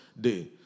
Day